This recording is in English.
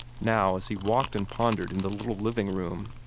now as he walked and pondered in the little living-room,